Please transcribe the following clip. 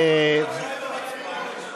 היא הלכה עם המצפון.